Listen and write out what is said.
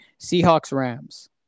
Seahawks-Rams